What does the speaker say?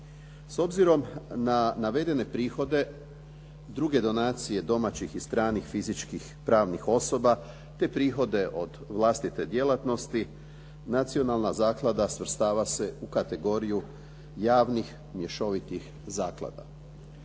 S obzirom na navedene prihode, druge donacije domaćih i stranih fizičkih i pravnih osoba, te prihode od vlastite djelatnosti Nacionalna zaklada svrstava se u kategoriju javnih mješovitih zaklada.